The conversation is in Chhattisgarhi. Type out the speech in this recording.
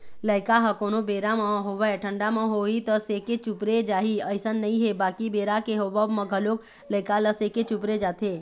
लइका ह कोनो बेरा म होवय ठंडा म होही त सेके चुपरे जाही अइसन नइ हे बाकी बेरा के होवब म घलोक लइका ल सेके चुपरे जाथे